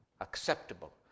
acceptable